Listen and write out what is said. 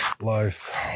life